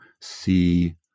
see